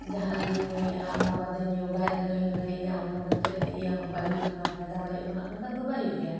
ᱡᱟᱦᱟᱱᱟᱜ ᱜᱤᱧ ᱧᱩᱭᱮᱜᱼᱟ ᱚᱱᱟ ᱵᱟᱫᱤᱧ ᱭᱳᱜᱟᱭᱮᱫ ᱨᱮᱦᱚᱸ ᱤᱧᱨᱮ ᱤᱧᱟᱹᱜ ᱦᱚᱲᱢᱚ ᱨᱮ ᱪᱮᱫ ᱤᱭᱟᱹ ᱦᱚᱸ ᱵᱟᱭ ᱦᱩᱭᱩᱜ ᱠᱟᱱᱟ ᱯᱷᱟᱭᱫᱟ ᱵᱟᱭ ᱦᱩᱭᱩᱜ ᱠᱟᱱᱟ ᱚᱱᱠᱟ ᱨᱮᱫᱚ ᱵᱟᱭ ᱦᱩᱭᱩᱜ ᱜᱮᱭᱟ